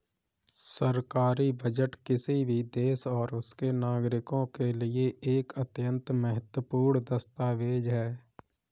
सरकारी बजट किसी भी देश और उसके नागरिकों के लिए एक अत्यंत महत्वपूर्ण दस्तावेज है